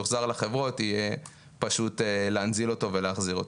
יוחזר לחברות יהיה פשוט להנזיל אותו ולהחזיר אותו.